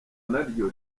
naryo